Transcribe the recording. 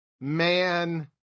man